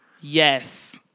Yes